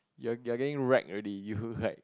you're you're getting racked already you like